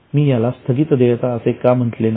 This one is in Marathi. मी याला स्थगित देयता असे का म्हणले नाही